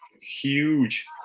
huge